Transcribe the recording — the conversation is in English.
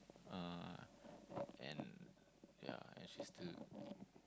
uh and yeah and she still